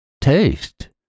taste